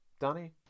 Danny